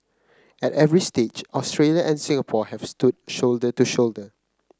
at every stage Australia and Singapore have stood shoulder to shoulder